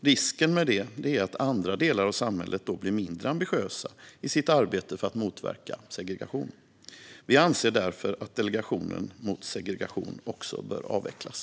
Risken med det är att andra delar av samhället då blir mindre ambitiösa i sitt arbete för att motverka segregation. Vi anser därför att Delegationen mot segregation också bör avvecklas.